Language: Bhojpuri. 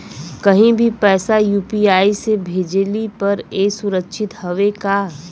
कहि भी पैसा यू.पी.आई से भेजली पर ए सुरक्षित हवे का?